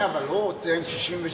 לא משנה אבל הוא ציין 66,